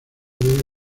debe